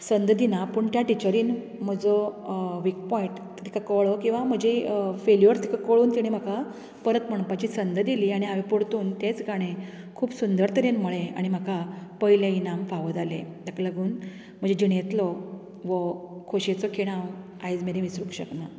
संद दिना पूण त्या टिचरीन म्हजो व्हीक पाॅयंट तिका कळ्ळो किंवां म्हजी फेलियर्स तिका कळून तिणें म्हाका परत म्हणपाची संद दिली आनी हांवेन परतून तेंच गाणें खूब सुंदर तरेन म्हळें आनी म्हाका पयलें इनाम फावो जालें तेका लागून म्हजे जिणेंतलो वो खोशयेचो खीण हांव आयज मेरेन विसरूंक शकना